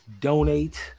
donate